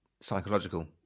psychological